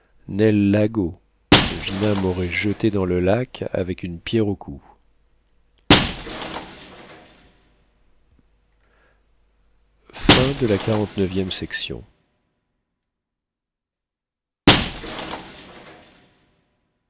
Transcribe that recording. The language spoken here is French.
lago gina m'aurait jeté dans le lac avec une pierre au cou